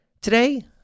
Today